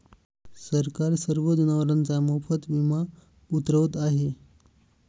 सरकार सर्व जनावरांचा मोफत विमा उतरवत आहे